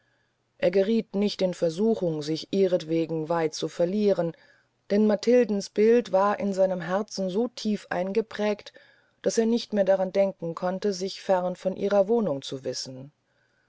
er gerieth nicht in versuchung sich ihrentwegen weit zu verlieren denn matildens bild war seinem herzen so tief eingeprägt daß er nicht daran denken konnte sich fern von ihrer wohnung zu wissen